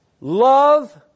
Love